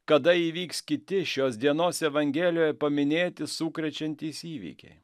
kada įvyks kiti šios dienos evangelijoje paminėti sukrečiantys įvykiai